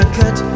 cut